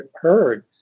heard